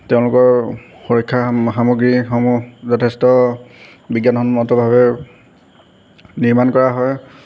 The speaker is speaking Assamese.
তেওঁলোকৰ সুৰক্ষা সামগ্ৰীসমূহ যথেষ্ট বিজ্ঞানসন্মতভাৱে নিৰ্মাণ কৰা হয়